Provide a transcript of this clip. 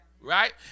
Right